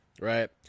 right